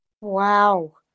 Wow